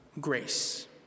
grace